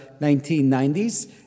1990s